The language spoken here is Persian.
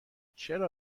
چرا